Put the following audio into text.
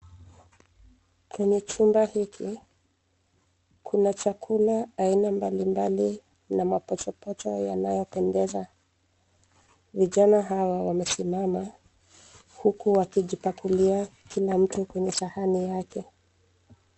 Kwenye chumba hiki, kuna chakula cha aina mbalimbali na vipochopocho vinavyonukia. Vijana hawa wameketi mezani, huku wakijipatia kula kila mtu kwenye sahani yake.